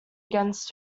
against